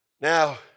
Now